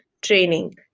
training